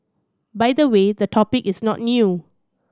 by the way the topic is not new